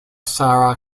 sara